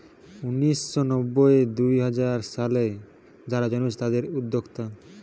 উনিশ শ নব্বই নু দুই হাজার সালে যারা জন্মেছে তাদির উদ্যোক্তা